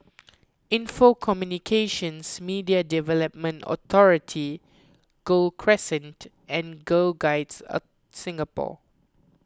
Info Communications Media Development Authority Gul Crescent and Girl Guides a Singapore